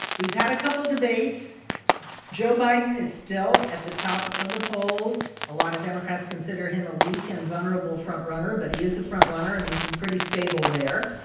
we've had a couple debates joe biden is still at the top of the polls. a lot of democrats consider him a weak and vulnerable front-runner. but he is the front-runner, and he's been pretty stable there.